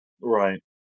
Right